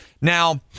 Now